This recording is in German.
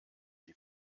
die